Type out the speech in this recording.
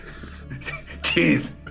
jeez